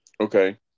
Okay